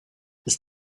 ist